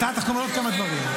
אתה תחתום על עוד כמה דברים.